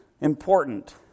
important